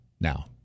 now